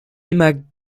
immer